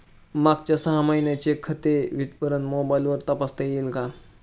मागच्या सहा महिन्यांचे खाते विवरण मोबाइलवर तपासता येईल का?